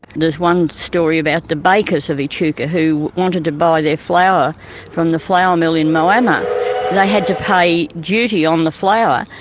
there's one story about the bakers of echuca who wanted to buy their flour from the flour mill in moama, and they had to pay duty on the flour.